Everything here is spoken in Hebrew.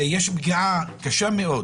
יש פגיעה קשה מאוד